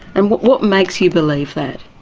and what what makes you believe that?